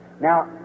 Now